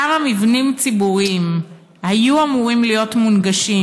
כמה מבנים ציבוריים היו אמורים להיות מונגשים